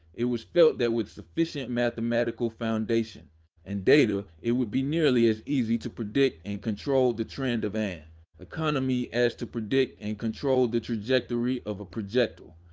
it was felt that with sufficient mathematical foundation and data, it would be nearly as easy to predict and control the trend of an economy as to predict and control the trajectory of a projectile.